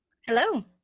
Hello